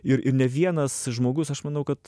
ir ir ne vienas žmogus aš manau kad